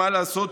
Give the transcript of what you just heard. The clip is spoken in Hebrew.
מה לעשות,